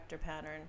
pattern